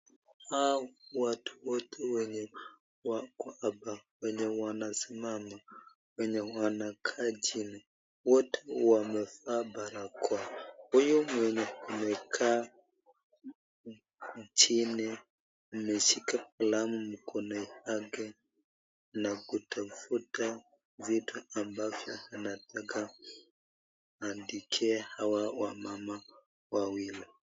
Hao watu wote wenye wako hapa wenye wamesimama wenye wakekaa chini wote wamevaa barakoa. Huyu mwenye amekaa chini ameshika kalamu mkono yake nakutafuta vitu ambavyo anataka kuandikia hawa mama wawili.